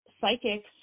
psychics